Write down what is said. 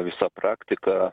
visa praktika